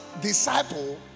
disciple